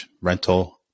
Rental